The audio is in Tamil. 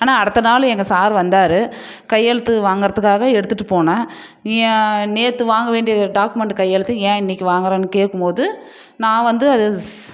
ஆனால் அடுத்த நாள் எங்கள் சார் வந்தார் கையெழுத்து வாங்கிறதுக்காக எடுத்துகிட்டு போனேன் ஏன் நேற்று வாங்க வேண்டிய டாக்குமெண்ட்டு கையெழுத்து ஏன் இன்னைக்கு வாங்குறேன்னு கேட்கும் போது நான் வந்து அது